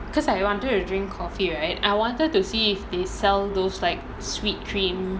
because I wanted to drink coffee right I wanted to see if they sell those like sweet cream